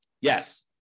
Yes